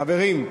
חברים,